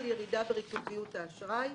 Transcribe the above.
ירידה בריכוזיות האשראי,